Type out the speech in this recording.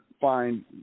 find